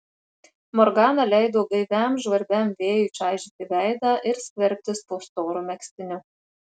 morgana leido gaiviam žvarbiam vėjui čaižyti veidą ir skverbtis po storu megztiniu